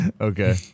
Okay